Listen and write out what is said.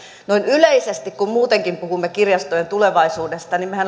yleisesti kun muutenkin puhumme kirjastojen tulevaisuudesta niin mehän olemme